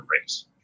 race